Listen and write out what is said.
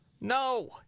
No